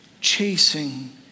chasing